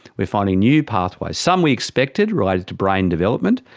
we are finding new pathways. some we expected, related to brain development,